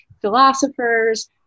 philosophers